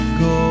go